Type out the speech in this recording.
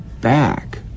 back